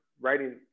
writing